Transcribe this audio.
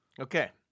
Okay